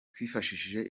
twifashishije